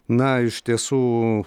na iš tiesų